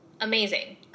amazing